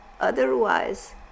Otherwise